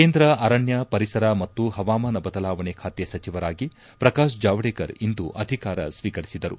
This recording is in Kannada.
ಕೇಂದ್ರ ಅರಣ್ಯ ಪರಿಸರ ಮತ್ತು ಪವಾಮಾನ ಬದಲಾವಣೆ ಖಾತೆ ಸಚಿವರಾಗಿ ಪ್ರಕಾಶ್ ಜಾವಡೇಕರ್ ಇಂದು ಅಧಿಕಾರ ಸ್ವೀಕರಿಸಿದರು